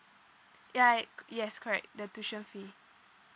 ya I yes correct the tuition fee